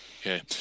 Okay